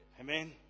Amen